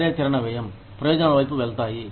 కార్యాచరణ వ్యయం ప్రయోజనాల వైపు వెళ్తాయి